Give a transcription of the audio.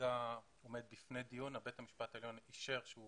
כרגע עומד בפני דיון אחרי שבית המשפט העליון אישר שהוא